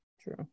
True